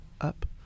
Up